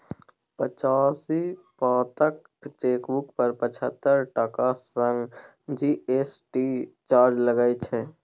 पच्चीस पातक चेकबुक पर पचहत्तर टका संग जी.एस.टी चार्ज लागय छै